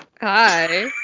Hi